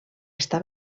està